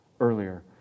earlier